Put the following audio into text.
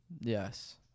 Yes